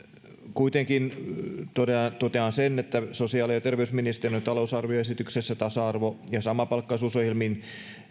kuitenkin totean sen että sosiaali ja terveysministeriön talousarvioesityksessä tasa arvo ja samapalkkaisuusohjelmiin